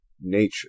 nature